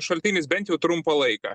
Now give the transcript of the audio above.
šaltinis bent jau trumpą laiką